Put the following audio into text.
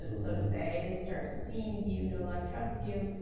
ah so to say, they start seeing you, know, like, trust you,